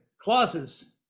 clauses